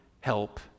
help